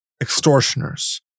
extortioners